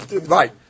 right